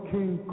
King